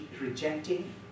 rejecting